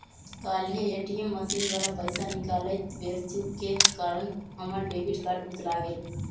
काल्हे ATM machine द्वारा पइसा निकालइत बेर चूक के कारण हमर डेबिट कार्ड भुतला गेल